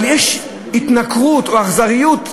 אבל אם יש התנכרות או אכזריות,